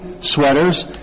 sweaters